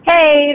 Hey